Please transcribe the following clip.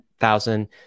thousand